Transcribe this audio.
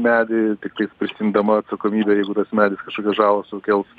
medį tiktais prisiimdama atsakomybę jeigu tas medis kažkokią žalą sukels